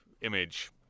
image